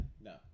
no